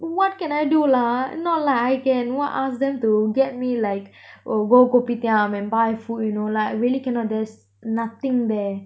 what can I do lah not like I can what ask them to get me like oh go kopitiam and buy food you know like really cannot there's nothing there